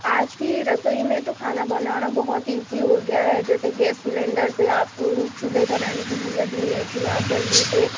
आज की रसोई में तो खाना बनाना बहुत ई जी हो गया है जैसे गैस सिलेन्डर से आपको चूल्हा जलाने की झंझट नहीं रहती है आप जल्दी से